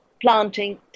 planting